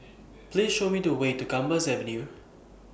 Please Show Me The Way to Gambas Avenue